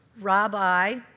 Rabbi